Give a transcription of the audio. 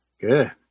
Good